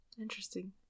interesting